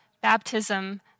baptism